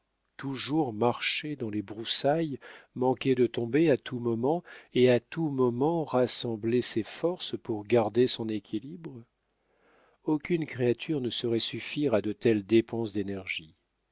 toujours marcher dans les broussailles manquer de tomber à tout moment et à tout moment rassembler ses forces pour garder son équilibre aucune créature ne saurait suffire à de telles dépenses d'énergie